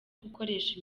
gukoresha